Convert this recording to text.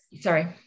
Sorry